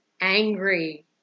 angry